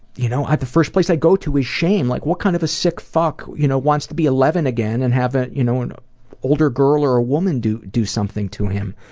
you know the first place i go to is shame like what kind of sick fuck you know wants to be eleven again and have ah you know an ah older girl or a woman do do something to him?